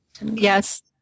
Yes